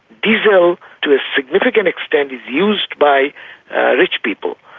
diesel to a significant extent is used by rich people,